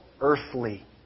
earthly